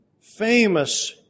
famous